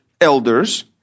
elders